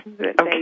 Okay